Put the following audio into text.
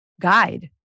guide